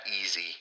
easy